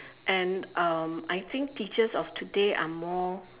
and um I think teachers of today are more